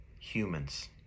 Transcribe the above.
humans